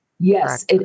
Yes